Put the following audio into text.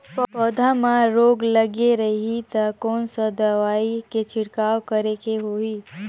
पौध मां रोग लगे रही ता कोन सा दवाई के छिड़काव करेके होही?